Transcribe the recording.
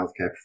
healthcare